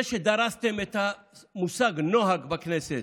זה שדרסתם את המושג "נוהג" בכנסת,